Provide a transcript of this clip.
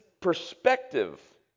perspective